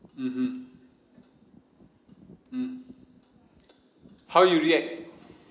mmhmm mm how you react